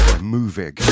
moving